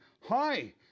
hi